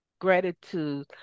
gratitude